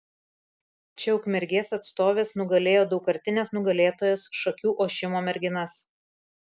čia ukmergės atstovės nugalėjo daugkartines nugalėtojas šakių ošimo merginas